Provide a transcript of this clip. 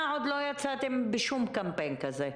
שאתם עוד לא יצאתם בשום קמפיין כזה.